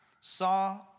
saw